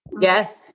Yes